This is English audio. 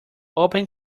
open